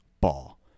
ball